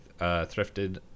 thrifted